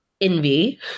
envy